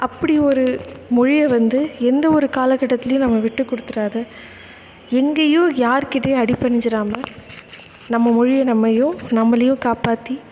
அப்படி ஒரு மொழியை வந்து எந்த ஒரு காலகட்டத்துலேயும் நம்ம விட்டுக்கொடுத்துறாத எங்கேயும் யார்கிட்டேயும் அடிபணிஞ்சிராமல் நம்ம மொழியை நம்மையும் நம்மளையும் காப்பாற்றி